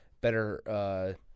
better